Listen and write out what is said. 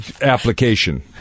application